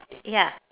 ya